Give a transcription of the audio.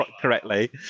correctly